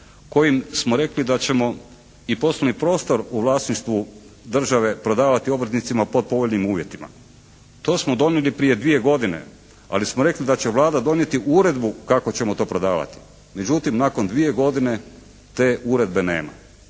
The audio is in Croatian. kojim smo rekli da ćemo i poslovni prostor u vlasništvu države prodavati obrtnicima pod povoljnim uvjetima. To smo donijeli prije 2 godine, ali smo rekli da će Vlada donijeti uredbu kako ćemo to prodavati. Međutim, nakon dvije godine te uredbe nema.